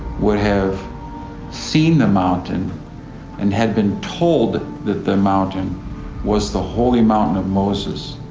would have seen the mountain and had been told that the mountain was the holy mountain of moses.